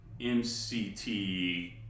MCT